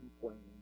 complaining